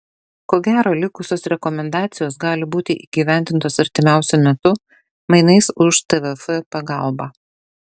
ko gero likusios rekomendacijos gali būti įgyvendintos artimiausiu metu mainais už tvf pagalbą